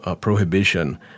prohibition